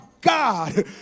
God